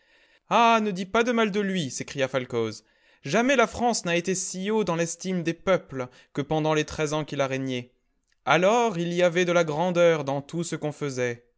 ah ne dis pas de mal de lui s'écria falcoz jamais la france n'a été si haut dans l'estime des peuples que pendant les treize ans qu'il a régné alors il y avait de la grandeur dans tout ce qu'on faisait